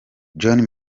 johnny